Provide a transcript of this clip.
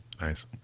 Nice